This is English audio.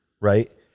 right